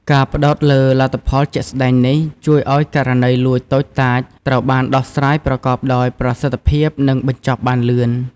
ការផ្តោតលើលទ្ធផលជាក់ស្តែងនេះ ជួយឲ្យករណីលួចតូចតាចត្រូវបានដោះស្រាយប្រកបដោយប្រសិទ្ធភាព និងបញ្ចប់បានលឿន។